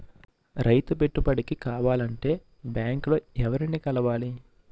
రైతు పెట్టుబడికి కావాలంటే బ్యాంక్ లో ఎవరిని కలవాలి?